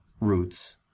roots